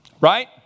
Right